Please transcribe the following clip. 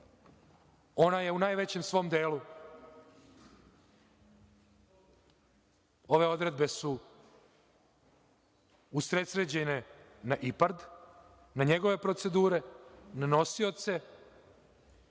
Ona je u najvećem svom delu…Ove odredbe su usresređene na IPARD, na njegove procedure, na nosioce,